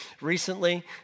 recently